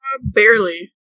barely